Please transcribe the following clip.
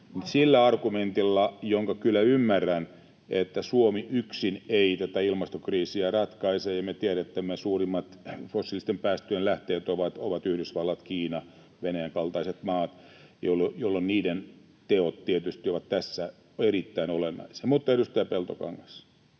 sillä argumentilla, jonka kyllä ymmärrän, että Suomi yksin ei tätä ilmastokriisiä ratkaise. Me tiedämme, että suurimmat fossiilisten päästöjen lähteet ovat Yhdysvallat, Kiina, Venäjän kaltaiset maat, jolloin niiden teot tietysti ovat tässä erittäin olennaisia. Mutta, edustaja Peltokangas,